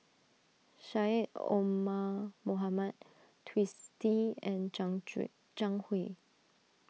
Syed Omar Mohamed Twisstii and Zhang Hui